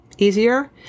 easier